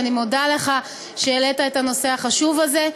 ואני מודה לך על שהעלית את הנושא החשוב הזה.